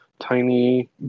tiny